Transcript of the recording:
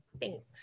Thanks